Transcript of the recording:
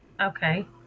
Okay